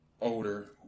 older